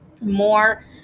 more